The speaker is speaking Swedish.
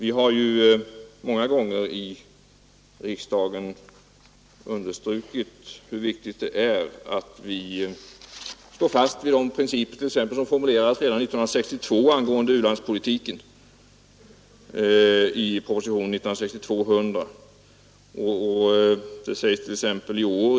I riksdagen har vi många gånger understrukit hur viktigt det är att vi står fast vid de principer som formulerades redan i propositionen 1962:100 angående u-landspolitiken.